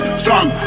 strong